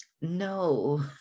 No